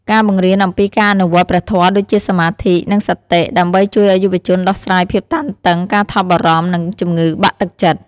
ការបង្រៀនអំពីការអនុវត្តព្រះធម៌ដូចជាសមាធិ និងសតិ ដើម្បីជួយយុវជនដោះស្រាយភាពតានតឹង ការថប់បារម្ភ និងជំងឺបាក់ទឹកចិត្ត។